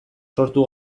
sortu